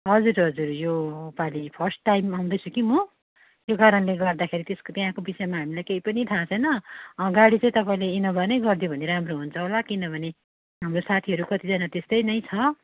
हजुर हजुर यो पालि फर्स्ट टाइम आउँदैछौँ कि म यो कारणले गर्दाखेरि त्यसको त्यहाँको विषयमा हामीलाई केही पनि थाहा छैन गाडी चाहिँ तपाईँले इनोभा नै गरिदियो भने राम्रो हुन्छ होला किनभने हाम्रो साथीहरू कतिजना त्यस्तै नै छ